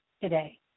today